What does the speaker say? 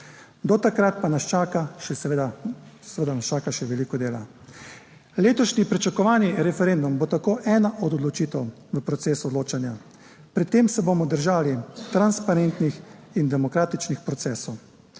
seveda nas čaka še veliko dela. Letošnji pričakovani referendum bo tako ena od odločitev v procesu odločanja. Pri tem se bomo držali transparentnih in demokratičnih procesov.